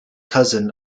cousin